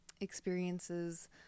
experiences